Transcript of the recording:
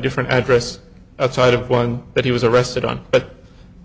different address outside of one that he was arrested on but